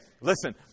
Listen